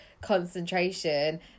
concentration